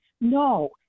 no